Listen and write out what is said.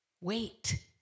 Wait